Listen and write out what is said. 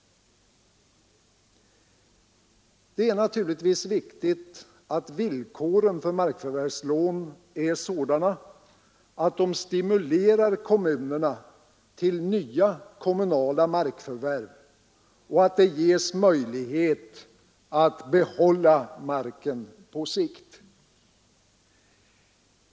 Det är naturligtvis viktigt att villkoren för markförvärvslån är sådana att de stimulerar kommunerna till nya kommunala markförvärv och att det ges möjlighet att behålla marken på sikt.